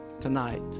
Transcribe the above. tonight